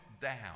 down